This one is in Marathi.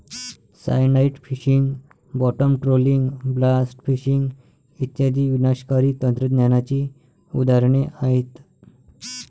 cyanide fishing, bottom trolling, blast fishing इत्यादी विनाशकारी तंत्रज्ञानाची उदाहरणे आहेत